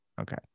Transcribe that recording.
Okay